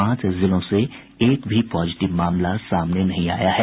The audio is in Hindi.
पांच जिलों से एक भी पॉजिटिव मामला सामने नहीं आया है